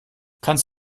kannst